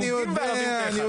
יהודים וערבים כאחד.